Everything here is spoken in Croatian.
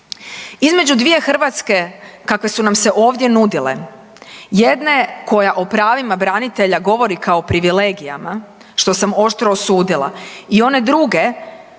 Između dvije Hrvatske kakve su nam se ovdje nudile jedna je koja o pravima branitelja govori kao privilegijama što sam oštro osudila i one druge